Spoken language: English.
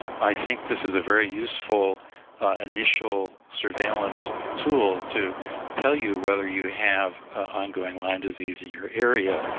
i think this is a very useful initial surveillance tool to tell you whether you have ongoing lyme disease in your area.